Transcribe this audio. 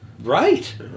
Right